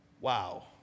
Wow